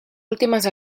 últimes